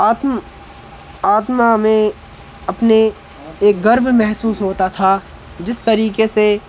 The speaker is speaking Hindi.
आत्म आत्मा में अपने एक गर्व महसूस होता था जिस तरीके से